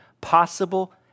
possible